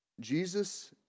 Jesus